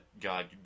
God